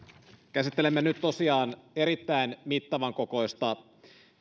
käsittelemme nyt tosiaan erittäin mittavan kokoista